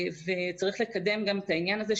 צריך לקדם גם את העניין הזה,